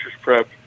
Prep